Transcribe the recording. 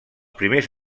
primers